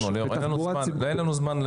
אין לנו זמן, אין לנו זמן.